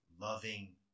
loving